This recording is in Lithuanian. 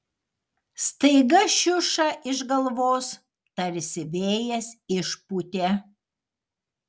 staiga šiušą iš galvos tarsi vėjas išpūtė